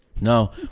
No